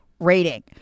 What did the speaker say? rating